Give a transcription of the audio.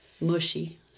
mushy